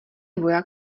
voják